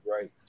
Right